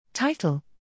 Title